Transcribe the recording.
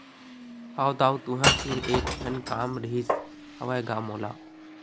हव दाऊ तुँहर तीर एक ठन काम रिहिस हवय गा मोला